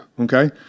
Okay